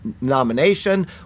nomination